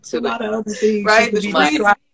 right